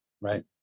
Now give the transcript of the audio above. Right